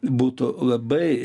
būtų labai